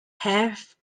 have